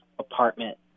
apartment